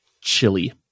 Chili